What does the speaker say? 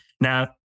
Now